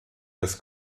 des